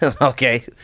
Okay